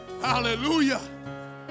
hallelujah